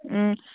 ꯎꯝ